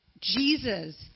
Jesus